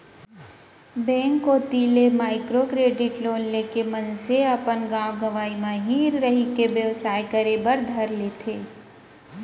bank कोती ले micro credit loan लेके मनसे अपन गाँव गंवई म ही रहिके बेवसाय करे बर धर ले हे